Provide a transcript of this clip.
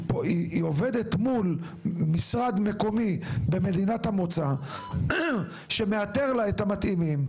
היא עובדת מול משרד מקומי במדינת המוצא שמאתר לה את המתאימים,